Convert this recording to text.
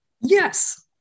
Yes